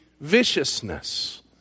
viciousness